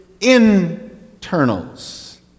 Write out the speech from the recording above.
internals